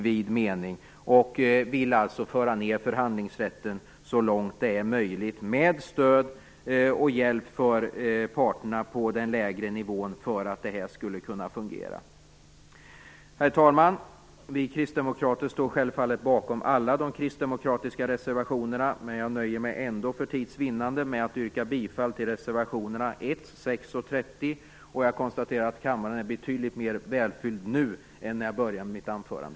Vi vill alltså föra ned förhandlingsrätten så långt det är möjligt och ge parterna på den lägre nivån det stöd och den hjälp som behövs för att detta skall fungera. Herr talman! Vi kristdemokrater står självfallet bakom alla de kristdemokratiska reservationerna, men jag nöjer mig för tids vinnande med att yrka bifall till reservationerna 1, 6 och 30. Jag konstaterar också att kammaren nu är betydligt mer välfylld än då jag började mitt anförande.